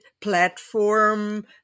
platform